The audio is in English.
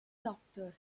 doctor